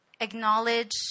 acknowledge